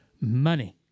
Money